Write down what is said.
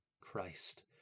Christ